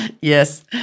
Yes